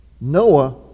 Noah